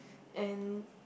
and